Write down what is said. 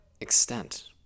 extent